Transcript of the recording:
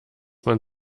man